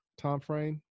timeframe